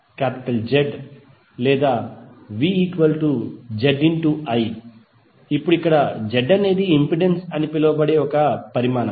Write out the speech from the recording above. VIZorVZI ఇప్పుడు ఇక్కడ Z అనేది ఇంపెడెన్స్ అని పిలువబడే ఒక పరిమాణం